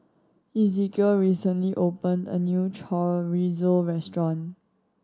Ezekiel recently opened a new Chorizo Restaurant